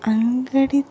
అంగడి